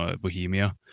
Bohemia